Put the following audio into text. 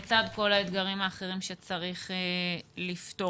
לצד כל האתגרים האחרים שנצטרך לפתור.